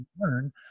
learn